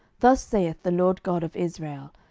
thus saith the lord god of israel,